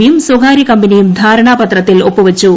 ബിയും സ്വകാര്യ കമ്പനിയും ധാരണാപത്രത്തിൽ ഒപ്പു വച്ചു